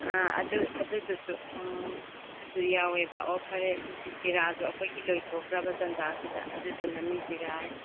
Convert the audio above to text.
ꯑꯥ ꯑꯗꯨ ꯑꯗꯨꯗꯨꯁꯨ ꯎꯝ ꯑꯗꯨꯗꯨ ꯌꯥꯎꯋꯦꯕ ꯑꯣ ꯐꯔꯦ ꯑꯗꯨꯗꯤ ꯖꯤꯔꯥꯁꯨ ꯑꯩꯈꯣꯏꯒꯤ ꯂꯣꯏꯊꯣꯛꯈ꯭ꯔꯕ ꯇꯥꯟꯖꯥꯁꯤꯗ ꯑꯗꯨꯗꯨꯅꯅꯤ ꯖꯤꯔꯥ